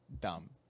dumb